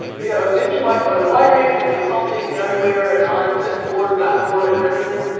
yeah i was making wine for the wineries and consulting everywhere and on this board and that board and everything.